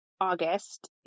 August